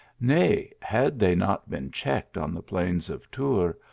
nay, had they not been checked on the elains of tours,